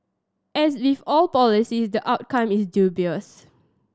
as with all policies the outcome is dubious